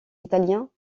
italiens